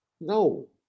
No